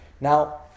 Now